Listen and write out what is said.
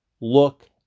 Look